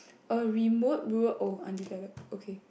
a remote road oh undeveloped okay